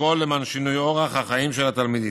והכול למען שינוי אורח החיים של התלמידים,